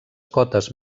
cotes